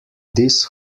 this